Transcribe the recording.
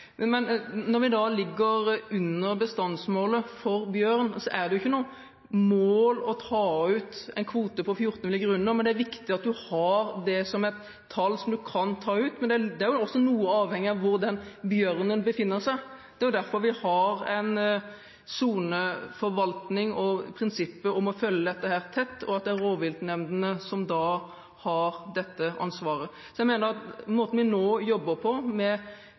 men det er viktig å ha et tall for hvor mange en kan ta ut. Men det er også noe avhengig av hvor bjørnen befinner seg. Det er derfor vi har en soneforvaltning og et prinsipp om å følge dette tett, og at det er rovviltnemndene som har dette ansvaret. Med måten vi nå jobber på, har vi bedre dialog med